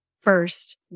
first